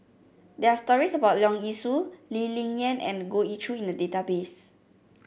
there are stories about Leong Yee Soo Lee Ling Yen and Goh Ee Choo in the database